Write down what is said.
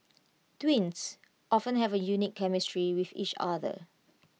twins often have A unique chemistry with each other